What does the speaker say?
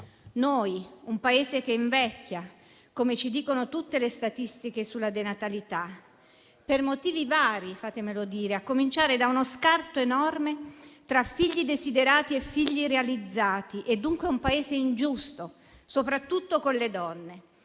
Noi, un Paese che invecchia, come ci dicono tutte le statistiche sulla denatalità, per motivi vari - fatemelo dire - a cominciare da uno scarto enorme tra figli desiderati e realizzati, siamo dunque un Paese ingiusto, soprattutto con le donne.